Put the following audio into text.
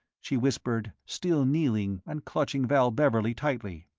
she whispered, still kneeling and clutching val beverley tightly.